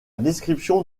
description